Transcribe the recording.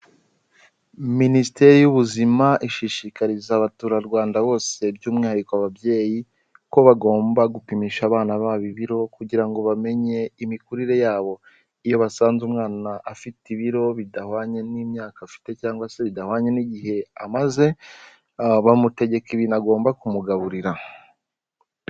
Minisiteri y'Ubuzima ishishikariza abaturarwanda bose by'umwihariko ababyeyi ko bagomba gupimisha abana babo ibiro kugira ngo bamenye imikurire yabo. Iiyo basanze umwana afite ibiro bidahwanye n'imyaka afite cyangwa se bidahwanye n'igihe amaze, bamutegeka ibintu agomba kumugaburira.